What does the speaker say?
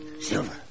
Silver